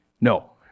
No